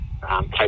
type